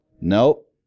nope